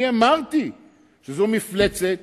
אני אמרתי שזאת מפלצת